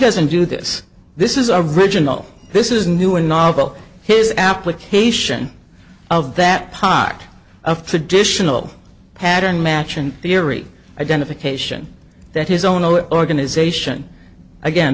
doesn't do this this is a regional this is new and novel his application of that pock of traditional pattern match and theory identification that his own no organisation again